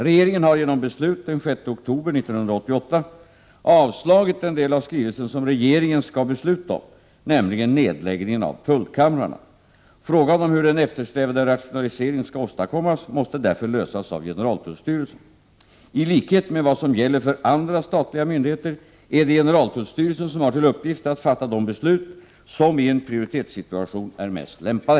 Regeringen har genom beslut den 6 oktober 1988 avslagit den del av skrivelsen som regeringen skall besluta om, nämligen nedläggningen av tullkamrarna. Frågan om hur den eftersträvade rationaliseringen skall åstadkommas måste därför lösas av generaltullstyrelsen. I likhet med vad som gäller för andra statliga myndigheter är det generaltullstyrelsen som har till uppgift att fatta de beslut som i en prioritetssituation är mest lämpade.